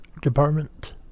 department